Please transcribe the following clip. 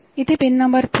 इथे pin number 3